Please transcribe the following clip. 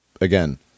again